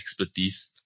expertise